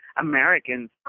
Americans